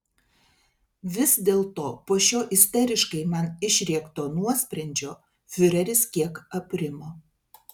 vis dėlto po šio isteriškai man išrėkto nuosprendžio fiureris kiek aprimo